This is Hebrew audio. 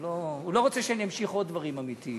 הוא לא רוצה שאני אמשיך עם עוד דברים אמיתיים,